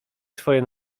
swoje